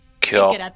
Kill